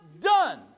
done